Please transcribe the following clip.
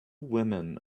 women